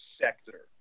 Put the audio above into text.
sector